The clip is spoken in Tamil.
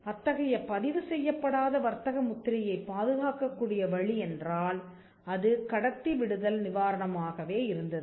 அத்தகைய பதிவு செய்யப்படாத வர்த்தக முத்திரையைப் பாதுகாக்கக்கூடிய வழி என்றால் அது கடத்தி விடுதல் நிவாரணம் ஆகவே இருந்தது